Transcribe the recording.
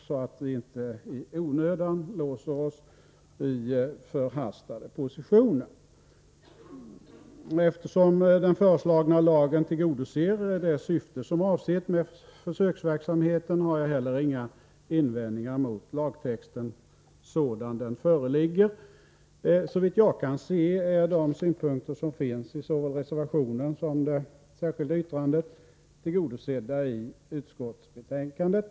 Vi bör inte låsa oss i förhastade positioner. Eftersom den föreslagna lagen tillgodoser det syfte som är avsett med försöksverksamheten har jag heller inga invändningar mot lagtexten sådan den föreligger. Såvitt jag kan se är de synpunkter som finns i såväl reservationen som det särskilda yttrandet tillgodosedda i utskottsbetänkandet.